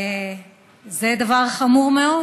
זה דבר חמור מאוד,